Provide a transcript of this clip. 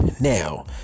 now